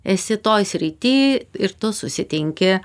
esi toj srity ir tu susitinki